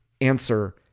answer